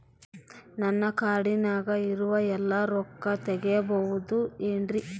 ನನ್ನ ಕಾರ್ಡಿನಾಗ ಇರುವ ಎಲ್ಲಾ ರೊಕ್ಕ ತೆಗೆಯಬಹುದು ಏನ್ರಿ?